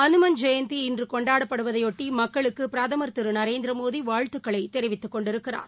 அனுமான் ஜெயந்தி இன்று கொண்டாடப்படுவதையொட்டி மக்களுக்கு பிரதமர் திரு நரேந்திரமோடி வாழ்த்துக்களை தெரிவித்துக் கொண்டிருக்கிறார்